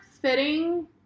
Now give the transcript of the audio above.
fitting